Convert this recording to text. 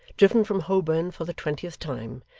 driven from holborn for the twentieth time,